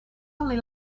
only